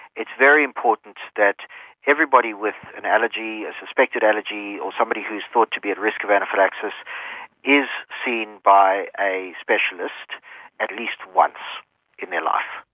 it is very important that everybody with an allergy, a suspected allergy, or somebody who is thought to be at risk of anaphylaxis is seen by a specialist at least once in their life.